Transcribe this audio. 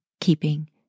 keeping